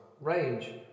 range